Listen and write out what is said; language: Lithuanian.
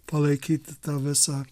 palaikyti tą visą